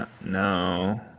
No